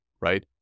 right